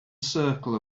circle